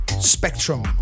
spectrum